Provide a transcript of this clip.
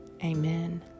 Amen